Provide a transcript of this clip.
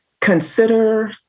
Consider